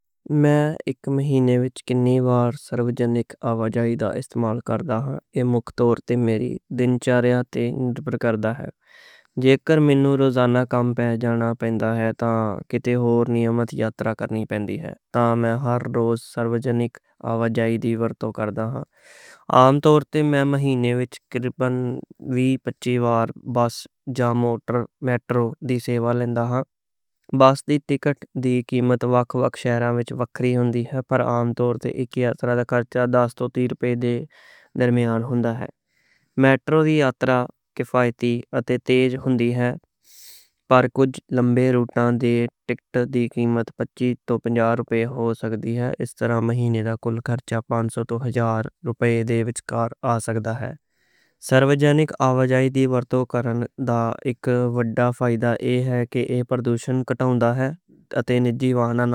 میں مہینے وچ کِنّی بار سرکاری آواجائی دا استعمال کردا ہاں۔ ایہ مک طور تے میری ضروریات تے نِربھر کردا ہے۔ جے مینوں روزانہ کم پہنچنا پئے تاں میں ہر روز سرکاری آواجائی دی ورتوں کردا ہاں۔ عام طور تے میں مہینے وچ تقریباً وی پچی بار بس جا میٹرو دی سیوا لیندا ہاں۔ بس دی ٹکٹ دی قیمت وکھ وکھ شہراں وچ وکّری ہُندی ہے، پر عام طور تے اک واری دا خرچا روپے دے درمیانے ہُندا ہے۔ میٹرو دی سیوا کفایتی اتے تیز ہُندی ہے، پر کجھ لمبے روٹاں دی ٹکٹ دی قیمت پنج سو روپے ہو سکدی ہے۔ اس طرح مہینے دا کُل خرچا روپے دے وچکار آ سکدا ہے۔ سرکاری آواجائی دی ورتوں کرنے دا اک وڈّا فائدہ ایہ ہے کہ ایہ پردوشن گھٹاؤندی ہے اتے نجی گاڑیاں نئیں۔